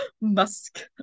Musk